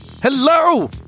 Hello